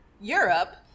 europe